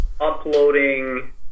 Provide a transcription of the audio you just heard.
uploading